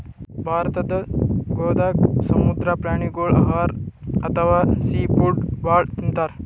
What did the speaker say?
ಭಾರತದ್ ಗೋವಾದಾಗ್ ಸಮುದ್ರ ಪ್ರಾಣಿಗೋಳ್ ಆಹಾರ್ ಅಥವಾ ಸೀ ಫುಡ್ ಭಾಳ್ ತಿಂತಾರ್